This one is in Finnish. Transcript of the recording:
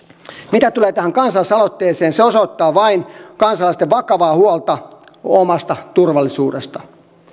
mitä tulee tähän kansalaisaloitteeseen se osoittaa vain kansalaisten vakavaa huolta omasta turvallisuudesta